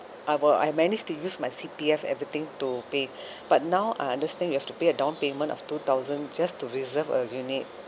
I were I managed to use my C_P_F everything to pay but now I understand you have to pay a down payment of two thousand just to reserve a unit